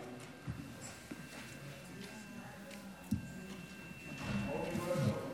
חוק הטיס (תיקון מס' 3),